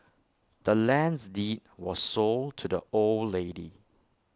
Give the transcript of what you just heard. the land's deed was sold to the old lady